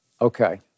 Okay